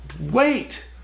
wait